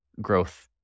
growth